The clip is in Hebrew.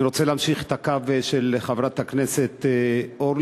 אני רוצה להמשיך את הקו של חברת הכנסת אורלי,